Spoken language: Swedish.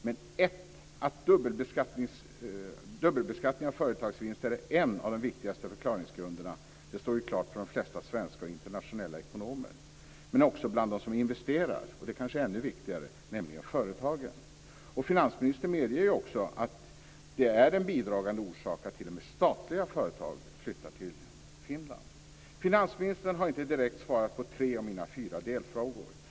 Men att dubbelbeskattning av företagsvinster är en av de viktigaste står klart för de flesta svenska och internationella ekonomer och också bland dem som investerar, vilket kanske är ännu viktigare, nämligen företagen. Finansministern medger också att det är en bidragande orsak till att t.o.m. statliga företag flyttar till Finland. Finansministern har inte direkt svarat på tre av mina fyra delfrågor.